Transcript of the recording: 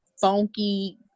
funky